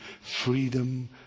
freedom